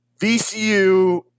VCU